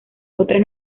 otras